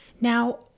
Now